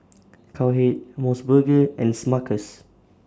Cowhead Mos Burger and Smuckers